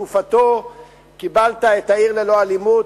שבתקופתו קיבלת את ה"עיר ללא אלימות",